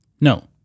No